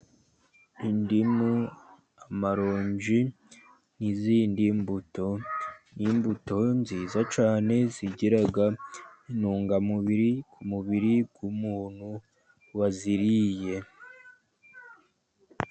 Indimu, amaronji n'izindi mbuto ni imbuto nziza cyane zigira intungamubiri ku mubiri w'umuntu waziriye.